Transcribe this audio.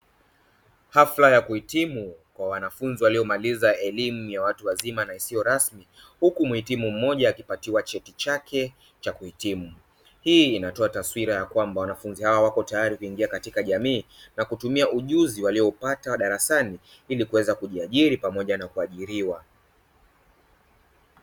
Hafla ya kuhitimu kwa wanafunzi waliyomaliza elimu ya watu wazima na isiyo rasmi huku muhitimu mmoja akipatiwa cheti chake cha kuhitimu. Hii inatoa taswira ya kwamba wanafunzi hawa wako tayari kuingia katika jamii na kutumia ujuzi waliyoupata darasani ili kuweza kujiajiri pamoja na kuajiriwa.